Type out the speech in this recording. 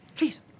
Please